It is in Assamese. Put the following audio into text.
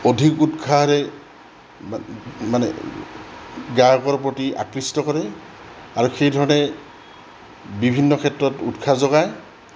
অধিক উৎসাহেৰে মানে গায়কৰ প্ৰতি আকৃষ্ট কৰে আৰু সেইধৰণে বিভিন্ন ক্ষেত্ৰত উৎসাহ যোগায়